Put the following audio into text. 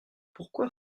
pourquoi